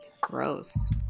Gross